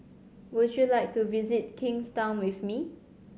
would you like to visit Kingstown with me